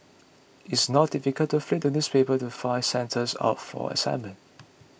it's not difficult to flip the newspapers to find centres up for assignment